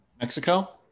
Mexico